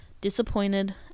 disappointed